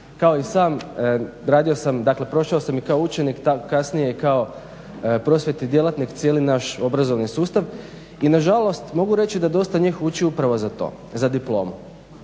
sam, dakle prošao sam i kao učenik, kasnije i kao prosvjetni djelatnik cijeli naš obrazovni sustav i na žalost mogu reći da dosta njih uči upravo za to, za diplomu.